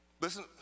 listen